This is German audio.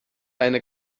eine